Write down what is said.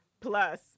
plus